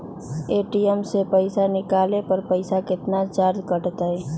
ATM से पईसा निकाले पर पईसा केतना चार्ज कटतई?